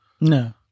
No